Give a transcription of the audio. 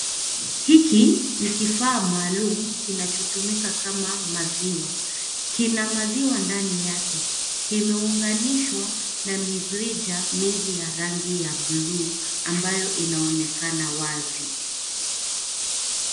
Hiki ni kifaa maalum kinachotumika kama maziwa kina maziwa ndani yake kimeunganishwa na mirija mingi ya rangi ya buluu ambayo imeonekana wazi.